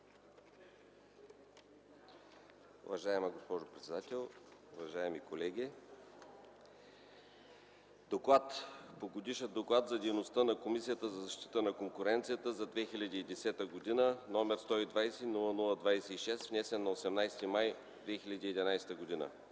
Уважаема госпожо председател, уважаеми колеги! „ДОКЛАД по Годишен доклад за дейността на Комисията за защита на конкуренцията за 2010 г., № 120-00-26, внесен на 18 май 2011 г.